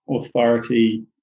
authority